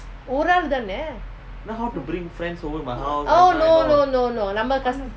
then how to bring friends over my house